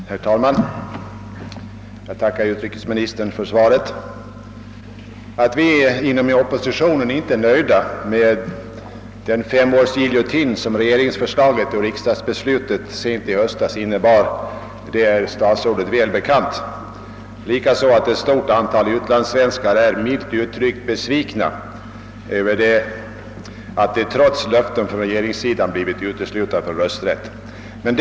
Herr talman! Jag tackar utrikesministern för svaret. Att vi inom oppositionen inte är nöjda med den femårsgiljotin som régeringsförslaget och riksdagsbeslutet sent i höstas innebar är statsrådet väl bekant; likaså att ett stort antal utlands svenskar är, milt uttryckt, besvikna över att de trots löften från regeringssidan har blivit uteslutna från rätten att rösta.